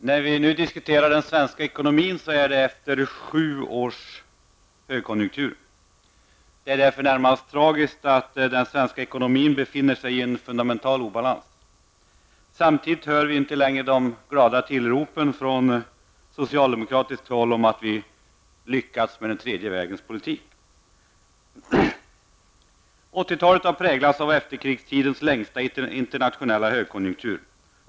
Herr talman! När vi i dag diskuterar den svenska ekonomin är det efter sju år av högkonjunktur. Det är därför närmast tragiskt att den svenska ekonomin befinner sig i fundamental obalans. Samtidigt hör vi inte längre de glada tillropen från socialdemokratiskt håll om att vi lyckats med tredje vägens politik. 1980-talet har präglats av efterkrigstidens längsta internationella högkonjunktur.